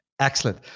Excellent